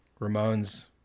Ramones